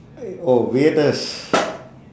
oh weirdest